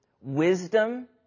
wisdom